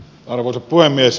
arvoisa puhemies